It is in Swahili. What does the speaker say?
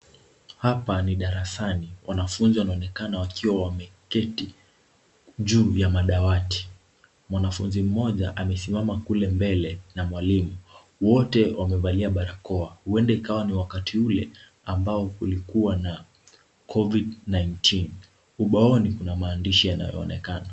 Hapa ni darasani. Wanafunzi wanaonekana wakiwa wameketi juu ya madawati. Mwanafunzi mmoja amesimama kule mbele na mwalimu, wote wamevalia barakoa. Huenda ni wakati ule kulikua na covid-19. Ubaoni kuna maandishi yanayoonekana.